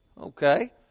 Okay